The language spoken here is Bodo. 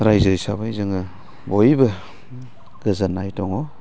राइजो हिसाबै जोङो बयबो गोजोननाय दङ